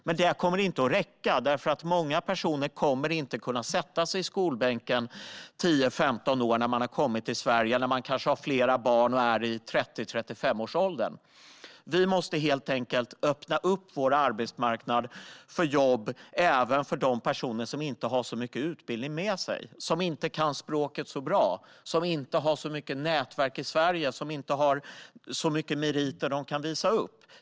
Men det kommer inte att räcka därför att många personer inte kommer att kunna sätta sig i skolbänken i tio femton år när de har kommit till Sverige eller kanske har flera barn och är i 30-35-årsåldern. Vi måste öppna upp vår arbetsmarknad för jobb även för de personer som inte har så mycket utbildning med sig, som inte kan språket så bra och som inte har så många nätverk i Sverige eller meriter att visa upp.